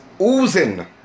oozing